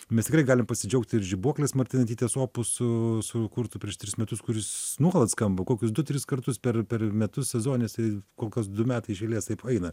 mes tikrai galim pasidžiaugti ir žibuoklės martinaitytės opusu sukurtu prieš tris metus kuris nu gal atskamba kokius du tris kartus per per metus sezoninis ir kok kas du metai iš eilės taip eina